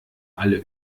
alle